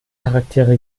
charaktere